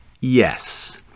yes